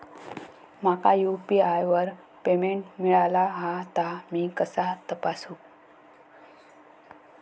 माका यू.पी.आय वर पेमेंट मिळाला हा ता मी कसा तपासू?